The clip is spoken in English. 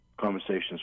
conversations